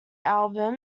album